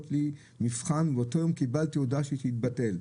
לי מבחן באותו יום קיבלתי הודעה שהוא התבטל,